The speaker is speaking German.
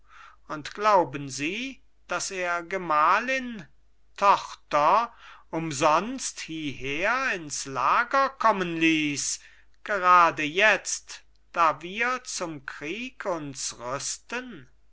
und glauben sie daß er gemahlin tochter umsonst hieher ins lager kommen ließ gerade jetzt da wir zum krieg uns rüsten